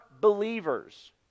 believers